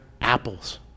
apples